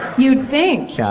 you'd think. yeah